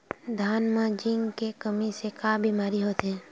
धान म जिंक के कमी से का बीमारी होथे?